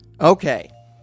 Okay